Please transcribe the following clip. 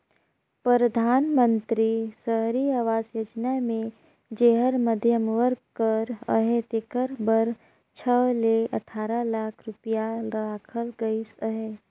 परधानमंतरी सहरी आवास योजना मे जेहर मध्यम वर्ग कर अहे तेकर बर छव ले अठारा लाख रूपिया राखल गइस अहे